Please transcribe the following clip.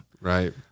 Right